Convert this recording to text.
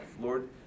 Lord